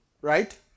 Right